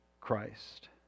christ